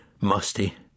musty